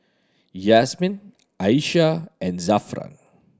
Yasmin Aisyah and Zafran